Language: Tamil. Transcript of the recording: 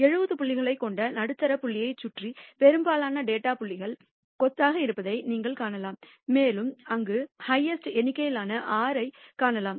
70 புள்ளிகளைக் கொண்ட நடுத்தர புள்ளியைச் சுற்றி பெரும்பாலான டேட்டா புள்ளிகள் கொத்தாக இருப்பதை நீங்கள் காணலாம் மேலும் அங்கு ஹஃஹ்ஸ்ட்டு எண்ணிக்கையிலான 6 ஐக் காணலாம்